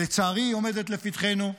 שלצערי עומדת לפתחנו,